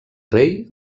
rei